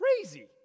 crazy